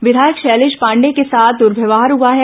विधायक शैलेश पांडेय के साथ दुर्व्यवहार हुआ है